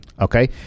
Okay